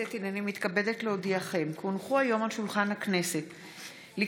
על שולחן הכנסת,